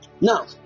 Now